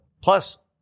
Plus